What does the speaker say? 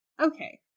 okay